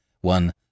one